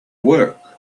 work